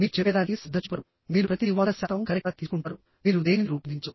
మీరు చెప్పేదానికి శ్రద్ధ చూపరు మీరు ప్రతిదీ 100 శాతం కరెక్ట్గా తీసుకుంటారు మీరు దేనినీ రూపొందించరు